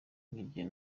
n’igihe